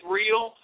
real